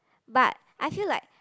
but I feel like